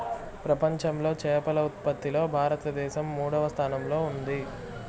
ప్రపంచంలో చేపల ఉత్పత్తిలో భారతదేశం మూడవ స్థానంలో ఉంది